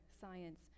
science